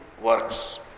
works